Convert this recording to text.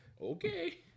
Okay